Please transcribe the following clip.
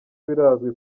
birazwi